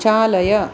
चालय